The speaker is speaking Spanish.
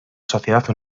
sociedad